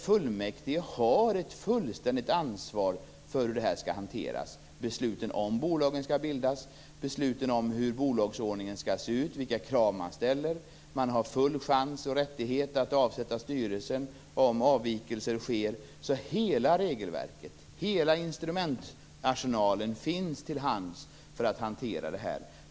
Fullmäktige har ett fullständigt ansvar för hur det här skall hanteras - besluten om ifall bolagen skall bildas, besluten om hur bolagsordningen skall se ut och vilka krav man ställer. Man har full chans och rättighet att avsätta styrelsen om avvikelser sker. Hela regelverket, hela instrumentarsenalen finns till hands för att hantera detta.